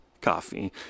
coffee